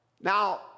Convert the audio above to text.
Now